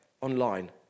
Online